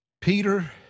Peter